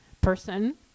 person